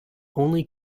only